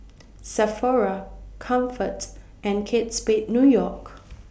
Sephora Comfort and Kate Spade New York